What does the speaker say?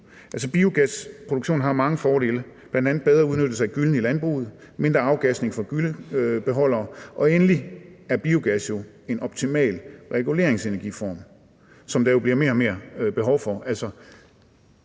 biogasproduktion har mange fordele, bl.a. bedre udnyttelse af gyllen i landbruget, mindre afgasning fra gyllebeholdere, og endelig er biogas jo en optimal form for energiregulering, som der jo bliver mere og mere behov for,